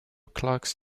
clocks